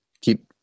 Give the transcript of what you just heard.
keep